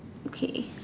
okay